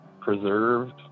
preserved